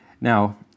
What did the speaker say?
Now